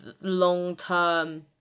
long-term